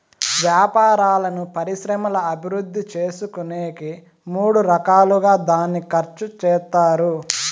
వ్యాపారాలను పరిశ్రమల అభివృద్ధి చేసుకునేకి మూడు రకాలుగా దాన్ని ఖర్చు చేత్తారు